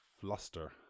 fluster